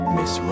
Miss